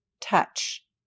touch